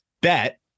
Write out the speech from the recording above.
bet